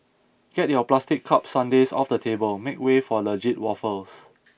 get your plastic cup sundaes off the table make way for legit waffles